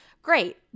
Great